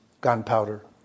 gunpowder